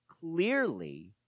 clearly